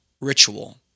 ritual